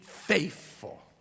faithful